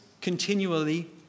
continually